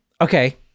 Okay